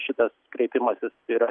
šitas kreipimasis yra